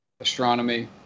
astronomy